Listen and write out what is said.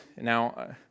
now